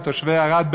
ותושבי ערד,